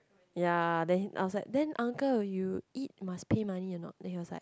ya then he eat outside then uncle you eat must pay money or not then he was like